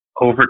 over